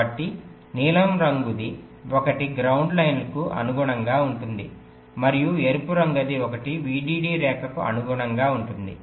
కాబట్టి నీలం రంగుది ఒకటి గ్రౌండ్ లైన్కు అనుగుణంగా ఉంటుంది మరియు ఎరుపు రంగుది ఒకటి VDD రేఖకు అనుగుణంగా ఉంటుంది